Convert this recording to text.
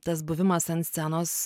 tas buvimas ant scenos